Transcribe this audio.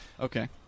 okay